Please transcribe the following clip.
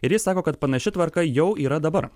ir ji sako kad panaši tvarka jau yra dabar